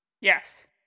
Yes